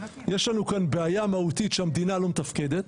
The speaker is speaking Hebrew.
יש לנו כאן בעיה מהותית שהמדינה לא מתפקדת.